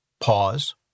Pause